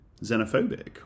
xenophobic